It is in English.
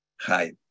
hi